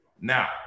Now